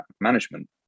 management